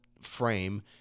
frame